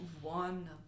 one